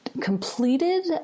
completed